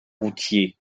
routiers